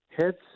hits